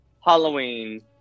Halloween